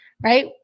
Right